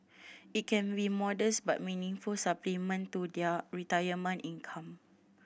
it can be modest but meaningful supplement to their retirement income